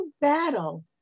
battle